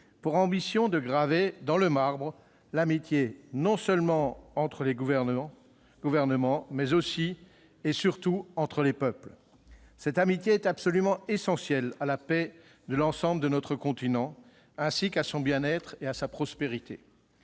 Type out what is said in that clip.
pour ambition de graver dans le marbre l'amitié non seulement entre les gouvernements, mais aussi et surtout entre les peuples. Cette amitié est absolument essentielle à la paix de l'ensemble de notre continent, ainsi qu'à son bien-être et à sa prospérité.